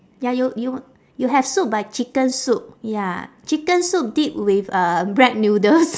ya you you you have soup but chicken soup ya chicken soup dip with uh bread noodles